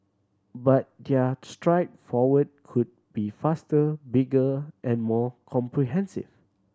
but their stride forward could be faster bigger and more comprehensive